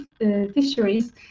fisheries